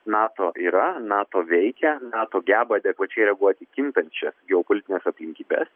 nato yra nato veikia nato geba adekvačiai reaguoti į kintančią geopolitines aplinkybes